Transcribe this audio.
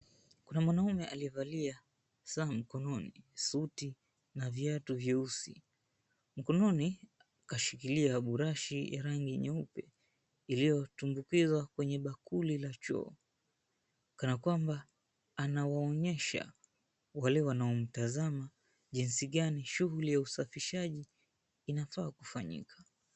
Kuna mwanaume aliyevalia saa mkononi, suti na viatu vyeusi. Mkononi kashikilia burashi ya rangi nyeupe iliyotumbukizwa kwenye bakuli la choo kanakwamba anawaonyesha wale wanaomtazama jinsi gani shughuli ya usafishaji inafaa kufanyika.